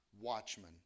watchmen